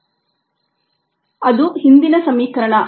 slide ಸಮಯ 0832 ನೋಡಿ ಅದು ಹಿಂದಿನ ಸಮೀಕರಣ